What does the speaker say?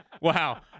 Wow